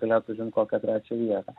galėtų užimt kokią trečią vietą